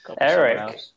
Eric